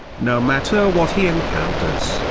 no matter what he encounters,